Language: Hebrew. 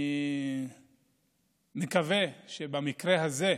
אני מקווה שבמקרה הזה,